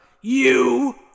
You